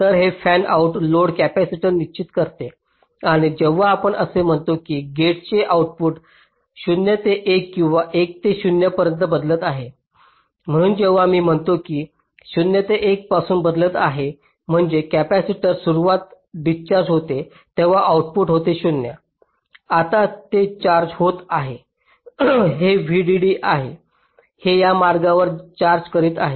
तर हे fanout load capacitance निश्चित करते आणि जेव्हा आपण असे म्हणतो की गेटचे आउटपुट 0 ते 1 किंवा 1 ते 0 पर्यंत बदलत आहे म्हणून जेव्हा मी म्हणतो की ते 0 ते 1 पासून बदलत आहे म्हणजे कॅपेसिटर सुरूवातीस डिस्चार्ज होते तेव्हा आउटपुट होते 0 आता ते चार्ज होत आहे हे VDD आहे हे या मार्गाद्वारे चार्ज करीत आहे